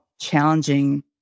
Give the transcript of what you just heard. challenging